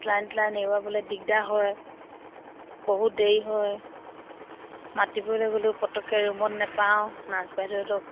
saline টেলাইন এৰোৱাবলৈ দিগদাৰ হয় বহুত দেৰি হয় মাতিবলৈ গ'লেও পতককৈ ৰুমত নাপাওঁ নাৰ্ছ বাইদেউহঁতক